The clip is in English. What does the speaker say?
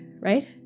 right